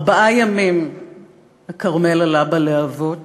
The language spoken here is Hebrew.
ארבעה ימים הכרמל עלה בלהבות,